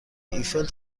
ایفل